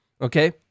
Okay